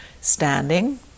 standing